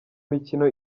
mikino